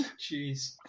Jeez